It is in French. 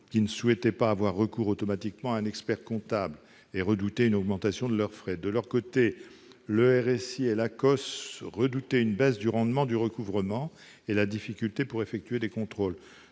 qui ne souhaitaient pas avoir recours automatiquement à un expert-comptable et redoutaient une augmentation de leurs frais. De leur côté, le RSI et l'ACOSS redoutaient une baisse du rendement du recouvrement et une certaine difficulté pour effectuer des contrôles.